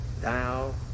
thou